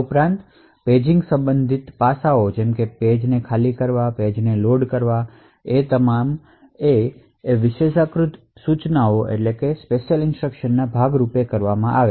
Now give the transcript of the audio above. ઉપરાંત પેજિંગ સંબંધિત પાસાંઓ જેમ કે પેજ ને ખાલી કરાવવું પેજ લોડ કરવું એ તમામ વિશેષાધિકૃત ઇન્સટ્રક્શનશના ભાગ રૂપે કરવામાં આવે છે